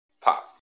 Pop